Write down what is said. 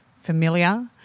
familiar